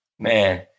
Man